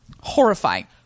horrifying